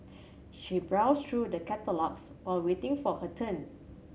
she browsed through the catalogues while waiting for her turn